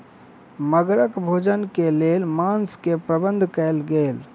मगरक भोजन के लेल मांस के प्रबंध कयल गेल